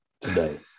today